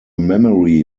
memory